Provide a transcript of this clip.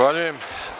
Zahvaljujem.